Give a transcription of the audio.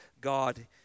God